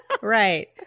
Right